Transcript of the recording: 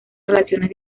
relaciones